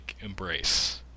embrace